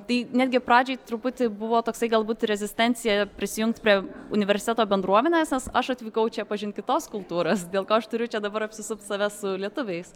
tai netgi pradžioj truputį buvo toksai galbūt rezistencija prisijungt prie universiteto bendruomenės nes aš atvykau čia pažint kitos kultūros dėl ko aš turiu čia dabar apsisupt save su lietuviais